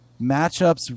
matchups